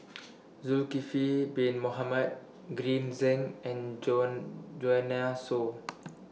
Zulkifli Bin Mohamed Green Zeng and Joanne Soo